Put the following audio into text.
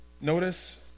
Notice